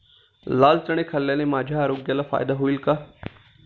लाल चणे खाल्ल्याने माझ्या आरोग्याला फायदा होईल का?